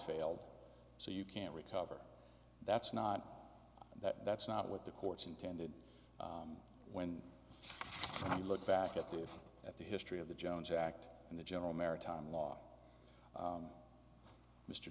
failed so you can't recover that's not that's not what the courts intended when you look back at the at the history of the jones act and the general maritime law